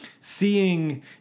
seeing